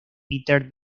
peter